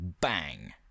bang